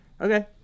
Okay